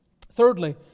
Thirdly